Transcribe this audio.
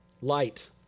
Light